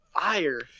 fire